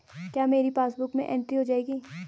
क्या मेरी पासबुक में एंट्री हो जाएगी?